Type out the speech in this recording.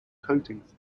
coatings